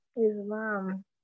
Islam